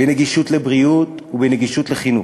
בנגישות לבריאות ובנגישות לחינוך.